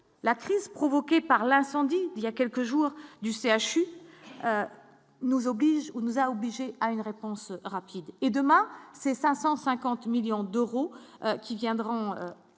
la crise provoquée par l'incendie, il y a quelques jours, du CHU nous oblige, on nous a obligés. à une réponse rapide et demain, c'est 550 millions d'euros qui viendront